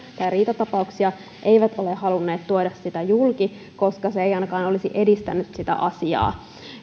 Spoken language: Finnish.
tai riitatapauksia eivät ole halunneet tuoda sitä julki koska se ei ainakaan olisi edistänyt sitä asiaa